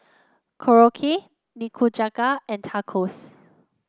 Korokke Nikujaga and Tacos